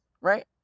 right